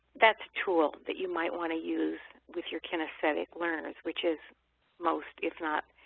that's a tool that you might want to use with your kinesthetic learners, which is most, if not